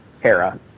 Hera